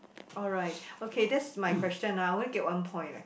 alright okay this is my question ah I only get one point leh